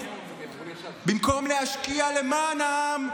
במקום להשקיע למען העם,